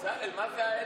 בצלאל, מה זה האצבע?